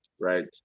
right